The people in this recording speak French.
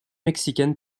mexicaine